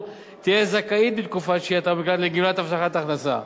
תהיה זכאית בתקופת שהיתה במקלט לגמלת הבטחת הכנסה,